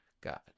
God